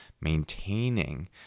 maintaining